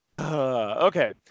Okay